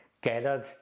gathered